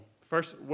first